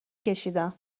کشیدم